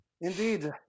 Indeed